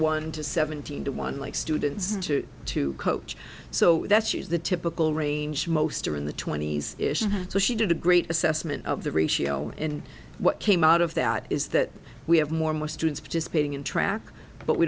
one to seventeen to one like students to coach so that's use the typical range most are in the twenty's so she did a great assessment of the ratio and what came out of that is that we have more and more students participating in track but we